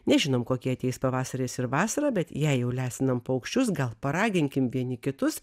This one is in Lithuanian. nežinom kokie ateis pavasaris ir vasara bet jei jau lesinam paukščius gal paraginkim vieni kitus